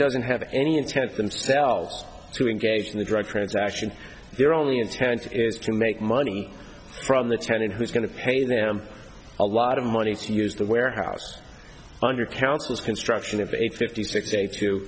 doesn't have any intent themselves to engage in the drug transaction their only intent is to make money from the tenant who's going to pay them a lot of money to use the warehouse under counsel's construction of a fifty six day too